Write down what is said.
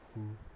mm